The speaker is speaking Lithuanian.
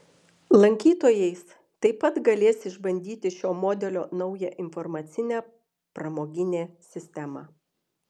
lankytojais taip pat galės išbandyti šio modelio naują informacinę pramoginė sistemą